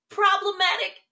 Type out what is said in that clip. problematic